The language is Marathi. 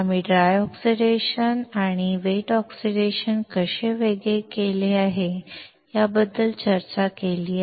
आम्ही ऑक्सिडेशन आणि ते ओले ऑक्सिडेशन कसे वेगळे आहे याबद्दल चर्चा केली